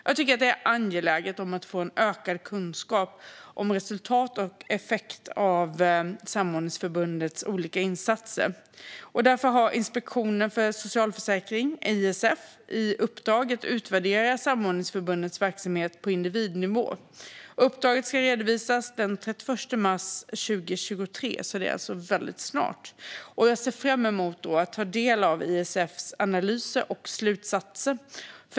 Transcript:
Jag tycker att det är angeläget att få en ökad kunskap om resultat och effekter av samordningsförbundens olika insatser. Därför har Inspektionen för socialförsäkringen, ISF, i uppdrag att utvärdera samordningsförbundens verksamhet på individnivå. Uppdraget ska redovisas den 31 mars 2023. Det är alltså väldigt snart. Jag ser fram emot att ta del av ISF:s analys och slutsatser.